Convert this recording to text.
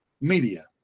media